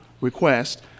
request